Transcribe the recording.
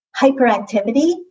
hyperactivity